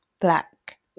black